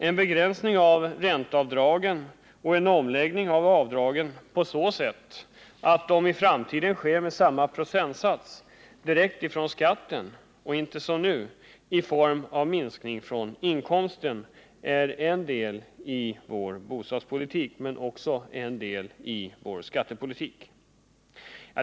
En begränsning av ränteavdraget och en omläggning av avdragen på så sätt att de i framtiden sker med samma procentsats direkt från skatten och inte som nu i form av minskning från den beskattningsbara inkomsten är en del i vår bostadspolitik men också en del av vår skattepolitik.